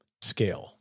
scale